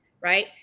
right